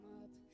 up